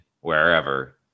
wherever